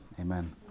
Amen